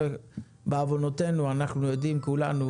בעוונותינו אנחנו יודעים כולנו,